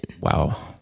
Wow